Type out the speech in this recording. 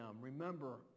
Remember